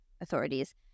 authorities